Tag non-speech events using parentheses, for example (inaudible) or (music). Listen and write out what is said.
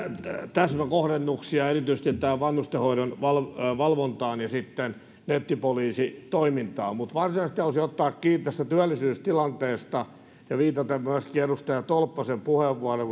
täsmäkohdennuksia erityisesti vanhustenhoidon valvontaan valvontaan ja sitten nettipoliisitoimintaan mutta varsinaisesti halusin ottaa kiinni tästä työllisyystilanteesta viitaten myöskin edustaja tolppasen puheenvuoroon (unintelligible)